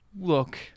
look